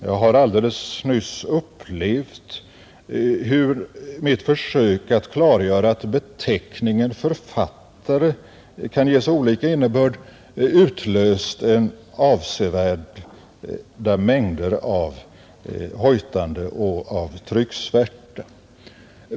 Jag har alldeles nyss upplevt hur mitt försök att klargöra att beteckningen ”författare” kan ges olika innebörd utlöst avsevärda mängder av hojtande och trycksvärta.